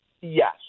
Yes